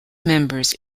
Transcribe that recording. members